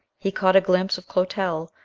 he caught a glimpse of clotel,